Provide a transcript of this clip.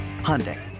Hyundai